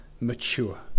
mature